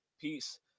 peace